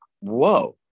whoa